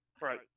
Right